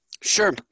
sure